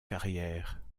carrière